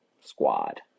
squad